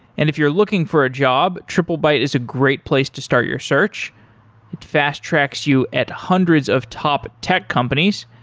and if you're looking for a job, triplebyte is a great place to start your search fast-tracks you at hundreds of top tech companies.